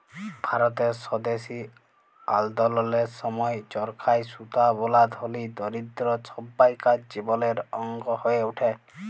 ভারতের স্বদেশী আল্দললের সময় চরখায় সুতা বলা ধলি, দরিদ্দ সব্বাইকার জীবলের অংগ হঁয়ে উঠে